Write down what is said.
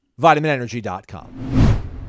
VitaminEnergy.com